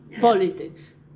Politics